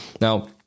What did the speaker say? Now